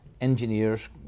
engineers